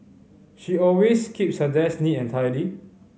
she always keeps her desk neat and tidy